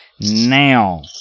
now